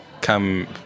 Come